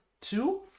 two